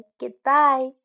goodbye